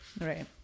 right